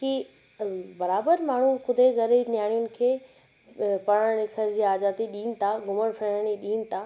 कि बराबरि माण्हू ख़ुदि जे घर जी नियाणुनि खे पढ़ण लिखण जी आज़ादी ॾियनि था घुमण फ़िरण जी ॾियनि था